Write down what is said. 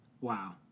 Wow